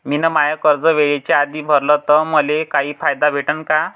मिन माय कर्ज वेळेच्या आधी भरल तर मले काही फायदा भेटन का?